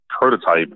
prototype